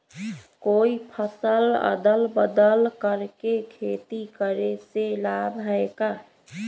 कोई फसल अदल बदल कर के खेती करे से लाभ है का?